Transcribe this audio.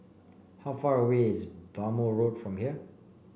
how far away is Bhamo Road from here